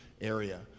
area